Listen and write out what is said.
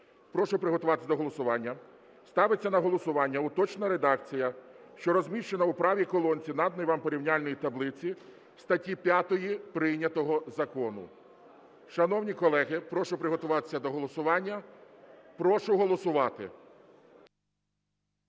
Прошу приготуватись до голосування. Ставиться на голосування уточнена редакція, що розміщена у правій колонці наданої вам порівняльної таблиці статті 5 прийнятого закону. Шановні колеги, прошу приготуватися до голосування. Прошу голосувати.